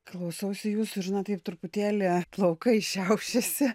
klausausi jūsų ir na taip truputėlį plaukai šiaušiasi